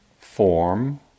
form